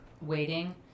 waiting